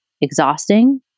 exhausting